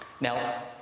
Now